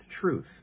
truth